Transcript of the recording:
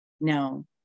no